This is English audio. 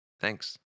Thanks